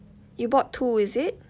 you bought two is it